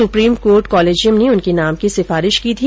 supreme court collegium ने उनके नाम की सिफारिश की थी